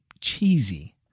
cheesy